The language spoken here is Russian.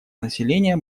населения